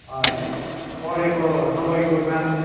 पढेको दवाईको नाम